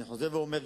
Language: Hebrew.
אני חוזר ואומר,